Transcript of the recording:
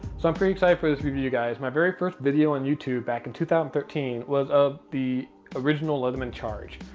so i'm pretty excited for this review, guys. my very first video on youtube back in two thousand and thirteen was of the original leatherman charge,